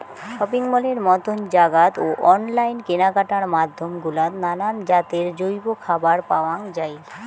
shopping মলের মতন জাগাত ও অনলাইন কেনাকাটার মাধ্যম গুলাত নানান জাতের জৈব খাবার পাওয়াং যাই